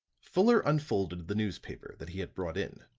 fuller unfolded the newspaper that he had brought in.